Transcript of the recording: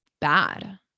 bad